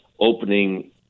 opening